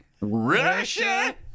Russia